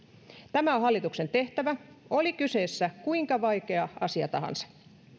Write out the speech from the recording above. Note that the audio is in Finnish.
on hallituksen tehtävä oli kyseessä kuinka vaikea asia tahansa